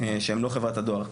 שהן לא חברת הדואר.